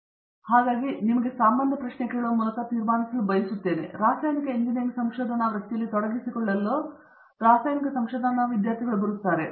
ಪ್ರತಾಪ್ ಹರಿಡೋಸ್ ಹಾಗಾಗಿ ನಾವು ನಿಮಗೆ ಸಾಮಾನ್ಯ ಪ್ರಶ್ನೆ ಕೇಳುವ ಮೂಲಕ ತೀರ್ಮಾನಿಸಲು ಬಯಸುತ್ತೇವೆ ಎಂದು ನಾನು ಭಾವಿಸುತ್ತೇನೆ ರಾಸಾಯನಿಕ ಇಂಜಿನಿಯರಿಂಗ್ ಸಂಶೋಧನೆ ವೃತ್ತಿಯಲ್ಲಿ ತೊಡಗಿಸಿಕೊಳ್ಳಲು ಸಾಕಷ್ಟು ರಾಸಾಯನಿಕ ಸಂಶೋಧನಾ ವಿದ್ಯಾರ್ಥಿಗಳು ಇದ್ದಾರೆ